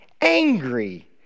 angry